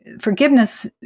forgiveness